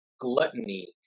gluttony